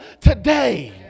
today